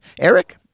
Eric